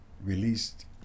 released